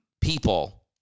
people